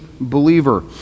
believer